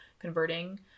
converting